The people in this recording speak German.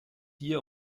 hier